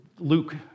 Luke